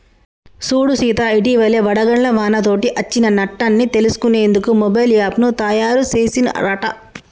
సూడు సీత ఇటివలే వడగళ్ల వానతోటి అచ్చిన నట్టన్ని తెలుసుకునేందుకు మొబైల్ యాప్ను తాయారు సెసిన్ రట